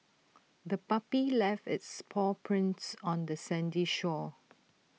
the puppy left its paw prints on the sandy shore